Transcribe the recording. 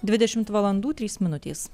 dvidešimt valandų trys minutės